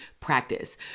practice